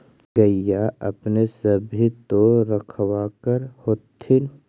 गईया अपने सब भी तो रखबा कर होत्थिन?